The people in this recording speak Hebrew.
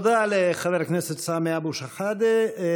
תודה לחבר הכנסת סמי אבו שחאדה.